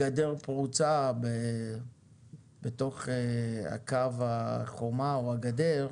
לגבי צרכנות, היקפי הפיקוח ומערכות